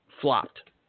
flopped